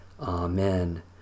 Amen